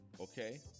okay